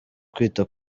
kwita